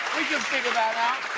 figure that out.